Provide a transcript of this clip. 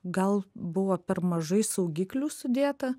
gal buvo per mažai saugiklių sudėta